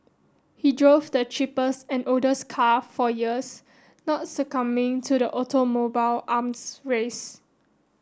he drove the cheapest and oldest car for years not succumbing to the automobile arms race